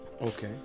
Okay